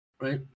Right